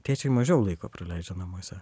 tėčiai mažiau laiko praleidžia namuose